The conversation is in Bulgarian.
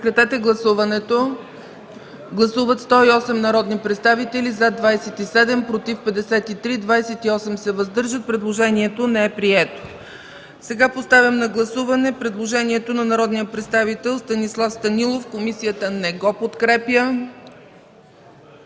предложение. Гласували 108 народни представители: за 27, против 53, въздържали се 28. Предложението не е прието. Поставям на гласуване предложението на народния представител Станислав Станилов. Комисията не го подкрепя.